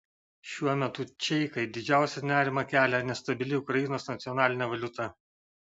šiuo metu čeikai didžiausią nerimą kelia nestabili ukrainos nacionalinė valiuta